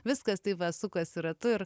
viskas taip va sukasi ratu ir